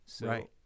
Right